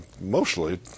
mostly